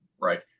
Right